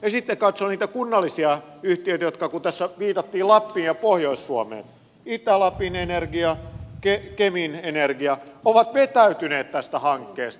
jos sitten katsoo niitä kunnallisia yhtiöitä kun tässä viitattiin lappiin ja pohjois suomeen itä lapin energia kemin energia ovat vetäytyneet tästä hankkeesta koska